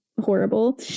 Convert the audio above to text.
horrible